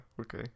okay